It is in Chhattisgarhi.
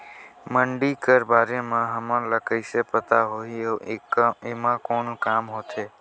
मंडी कर बारे म हमन ला कइसे पता होही अउ एमा कौन काम होथे?